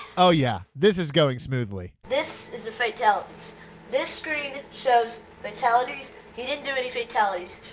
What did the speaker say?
oh yeah, this is going smoothly this is the fatalities this screen shows fatalities he didn't do any fatalities